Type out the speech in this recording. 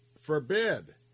forbid